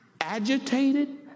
agitated